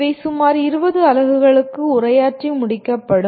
இவை சுமார் 20 அலகுகளுக்கு உரையாற்றி முடிகப்படும்